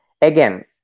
again